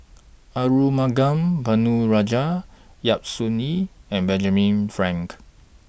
Arumugam Ponnu Rajah Yap Su Yin and Benjamin Frank